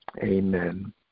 Amen